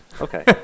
okay